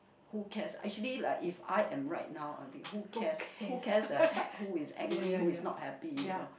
who cares actually like if I am right now I think who cares who cares the heck who is angry who is not happy you know